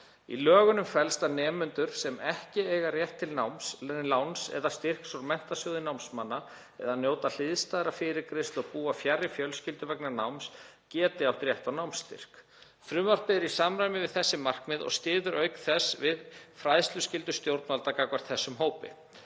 Í lögunum felst að nemendur sem ekki eiga rétt til láns eða styrks úr Menntasjóði námsmanna eða njóta hliðstæðrar fyrirgreiðslu og búa fjarri fjölskyldum vegna náms geti átt rétt á námsstyrk. Frumvarpið er í samræmi við þessi markmið og styður auk þess við fræðsluskyldu stjórnvalda gagnvart þessum hópi.